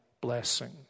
blessing